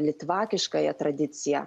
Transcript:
litvakiškąją tradiciją